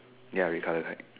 ya red colour kite